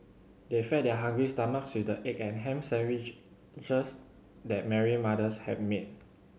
they fed their hungry stomachs with the egg and ham sandwiches that Mary mothers have made